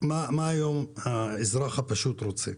מה היום האזרח הפשוט רוצה?